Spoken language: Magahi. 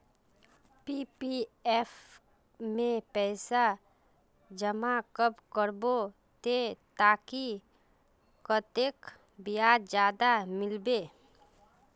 पी.पी.एफ में पैसा जमा कब करबो ते ताकि कतेक ब्याज ज्यादा मिलबे?